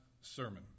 sermon